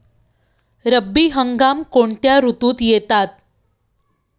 रब्बी हंगाम कोणत्या ऋतूत येतात?